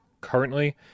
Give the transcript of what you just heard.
currently